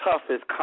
toughest